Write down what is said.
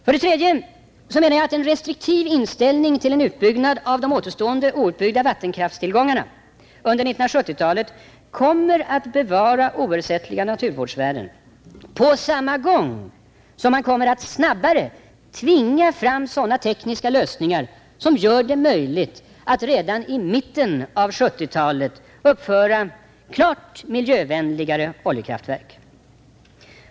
För det tredje menar jag att en restriktiv inställning till en utbyggnad av de återstående outbyggda vattenkraftstillgångarna under 1970-talet kommer att bevara oersättliga naturvärden på samma gång som man kommer att snabbare tvinga fram sådana tekniska lösningar som gör det möjligt att redan i mitten av 1970-talet uppföra klart miljövänligare oljekraftverk.